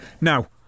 Now